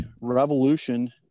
revolution